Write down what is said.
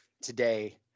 today